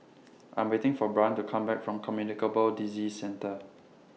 I'm waiting For Brion to Come Back from Communicable Disease Centre